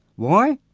why?